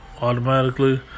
automatically